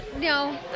No